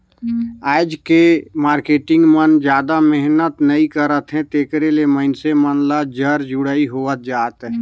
आज के मारकेटिंग मन जादा मेहनत नइ करत हे तेकरे ले मइनसे मन ल जर जुड़ई होवत जात अहे